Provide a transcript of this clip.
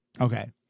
Okay